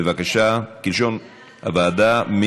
כלשון הוועדה.